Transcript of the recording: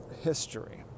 history